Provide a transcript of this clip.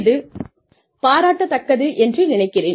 இது பாராட்டத்தக்கது என்று நினைக்கிறேன்